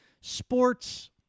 sports